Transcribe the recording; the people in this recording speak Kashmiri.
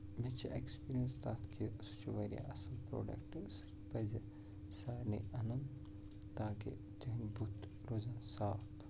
مےٚ چھِ ایکٕسپیٖریَنٕس تَتھ کہِ سُہ چھُ واریاہ اَصٕل پرٛوڈَکٹہٕ سُہ پَزِ سارنٕے اَنُن تاکہِ تِہٕنٛدۍ بُتھۍ روزن صاف